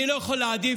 אני לא יכול להעדיף